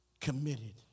committed